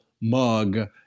mug